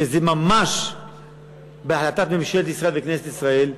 שזה ממש בהחלטת ממשלת ישראל וכנסת ישראל,